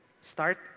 Start